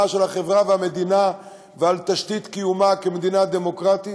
של החברה והמדינה ועל תשתית קיומה כמדינה דמוקרטית?